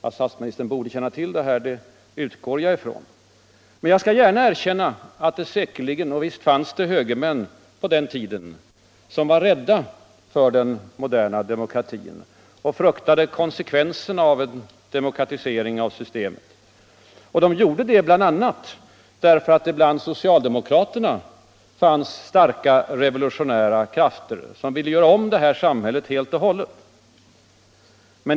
Att statsministern borde känna till det, utgår jag ifrån. Jag skall dock gärna erkänna att det säkerligen fanns högermän på den tiden som var rädda för den moderna demokratin och fruktade för konsekvenserna av en demokratisering. De gjorde det bl.a. därför att det bland socialdemokraterna fanns starka revolutionära krafter som ville göra om vårt samhälle helt och hållet.